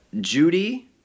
Judy